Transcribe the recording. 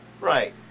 Right